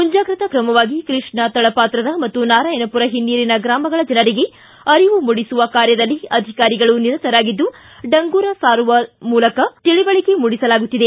ಮುಂಜಾಗ್ರತಾ ಕ್ರಮವಾಗಿ ಕೃಷ್ಣಾ ತಳಪಾತ್ರದ ಮತ್ತು ನಾರಾಯಣಪುರ ಹಿನ್ನೀರಿನ ಗ್ರಾಮಗಳ ಜನರಿಗೆ ಅರಿವು ಮೂಡಿಸುವ ಕಾರ್ಯದಲ್ಲಿ ಅಧಿಕಾರಿಗಳು ನಿರತರಾಗಿದ್ದು ಡಂಗೂರು ಸಾರುವುದರ ಜೊತೆಗೆ ಮಾಧ್ಯಮದ ಮೂಲಕವೂ ತಿಳಿವಳಿಕೆ ಮೂಡಿಸುತ್ತಿದ್ದಾರೆ